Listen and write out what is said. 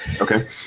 Okay